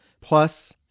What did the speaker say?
plus